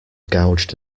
gouged